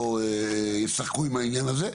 או ישחקו עם העניין הזה,